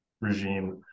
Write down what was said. regime